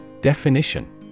Definition